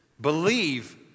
believe